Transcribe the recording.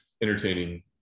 entertaining